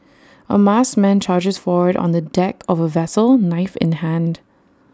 A masked man charges forward on the deck of A vessel knife in hand